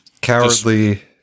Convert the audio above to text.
cowardly